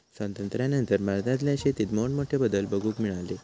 स्वातंत्र्यानंतर भारतातल्या शेतीत मोठमोठे बदल बघूक मिळाले